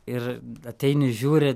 ir ateini žiūri